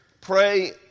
pray